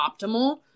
optimal